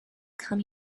come